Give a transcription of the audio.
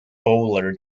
bowler